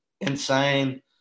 insane